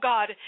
God